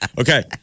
Okay